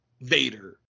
Vader